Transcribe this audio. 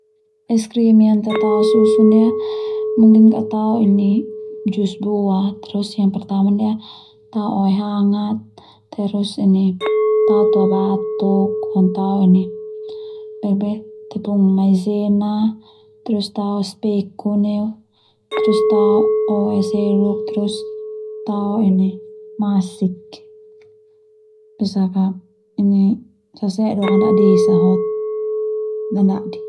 Es krim yang ta tao susu ndia mungkin ka'da tao ini jus buah, terus yang pertama ndia tao oe hangat terus ini tao tuabatuk ma tao bek bai tepung maizena terus tao speku neu tao oe seluk terus tao masik besak ka sasedok dadi esa ho ana dadi.